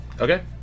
Okay